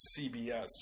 CBS